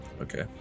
okay